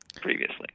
previously